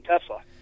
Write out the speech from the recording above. Tesla